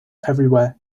everywhere